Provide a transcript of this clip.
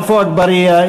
עפו אגבאריה,